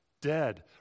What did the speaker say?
dead